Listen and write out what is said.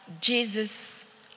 Jesus